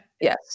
Yes